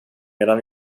medan